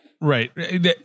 right